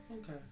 Okay